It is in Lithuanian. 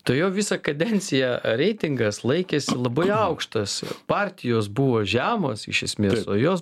tai jo visą kadenciją reitingas laikėsi labai aukštas partijos buvo žemos iš esmės o jos